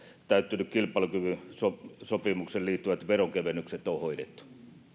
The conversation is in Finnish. täyttyneet kilpailukykysopimukseen liittyvät veronkevennykset on hoidettu